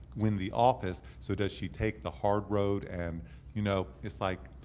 win the office, so does she take the hard road, and you know it's like,